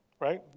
Right